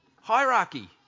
Hierarchy